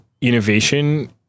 innovation